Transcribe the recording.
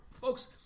folks